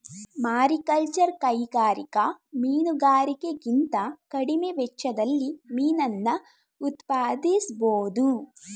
mariculture ಕೈಗಾರಿಕಾ ಮೀನುಗಾರಿಕೆಗಿಂತ ಕಡಿಮೆ ವೆಚ್ಚದಲ್ಲಿ ಮೀನನ್ನ ಉತ್ಪಾದಿಸ್ಬೋಧು